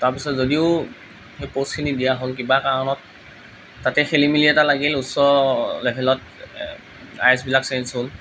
তাৰপিছত যদিও সেই পচখিনি দিয়া হ'ল কিবা কাৰণত তাতে খেলিমেলি এটা লাগিল উচ্চ লেভেলত আই এচবিলাক চেঞ্জ হ'ল